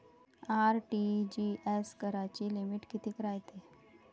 RTGS कराची limit कितीक रायते?